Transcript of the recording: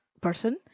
person